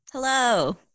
Hello